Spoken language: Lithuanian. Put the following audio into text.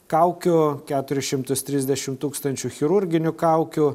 kaukių keturis šimtus trisdešimt tūkstančių chirurginių kaukių